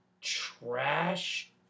trash